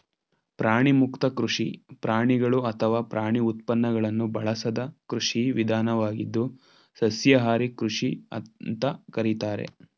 ಪ್ರಾಣಿಮುಕ್ತ ಕೃಷಿ ಪ್ರಾಣಿಗಳು ಅಥವಾ ಪ್ರಾಣಿ ಉತ್ಪನ್ನಗಳನ್ನು ಬಳಸದ ಕೃಷಿ ವಿಧಾನವಾಗಿದ್ದು ಸಸ್ಯಾಹಾರಿ ಕೃಷಿ ಅಂತ ಕರೀತಾರೆ